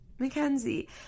Mackenzie